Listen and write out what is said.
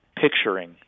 picturing